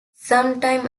sometime